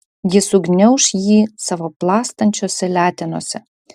ji sugniauš jį savo plastančiose letenose